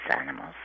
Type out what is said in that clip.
animals